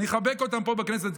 אני אחבק אותם פה בכנסת,